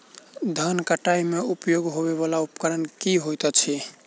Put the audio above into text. धान कटाई मे उपयोग होयवला उपकरण केँ होइत अछि?